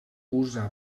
usa